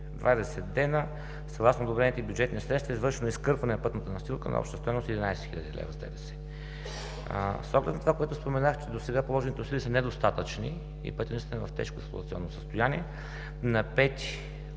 дена, съгласно одобрените бюджетни средства, е извършено изкърпване на пътната настилка на обща стойност 11 хил. лв. с ДДС. С оглед на това, което споменах, че досега положените усилия са недостатъчни и пътят наистина е в тежко експлоатационно състояние на 5